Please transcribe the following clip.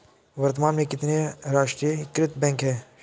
वर्तमान में कितने राष्ट्रीयकृत बैंक है?